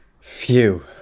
Phew